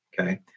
okay